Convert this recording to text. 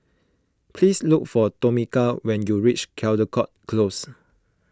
please look for Tomeka when you reach Caldecott Close